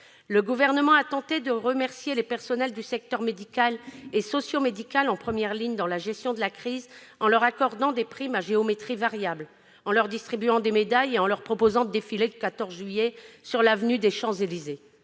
Le Gouvernement a tenté de remercier les personnels des secteurs sanitaires et médico-social en première ligne dans la gestion de la crise en leur accordant des primes à géométrie variable, en leur distribuant des médailles et en leur proposant de défiler le 14 juillet sur l'avenue des Champs-Élysées.